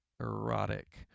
erotic